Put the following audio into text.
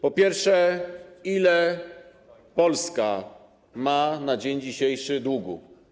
Po pierwsze: Ile Polska ma na dzień dzisiejszy długu?